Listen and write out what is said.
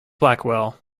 blackwell